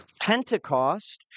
Pentecost